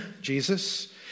Jesus